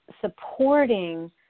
supporting